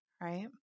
right